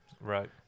Right